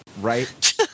Right